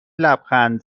لبخند